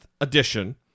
edition